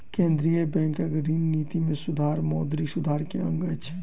केंद्रीय बैंकक ऋण निति में सुधार मौद्रिक सुधार के अंग अछि